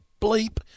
bleep